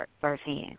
firsthand